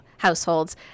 Households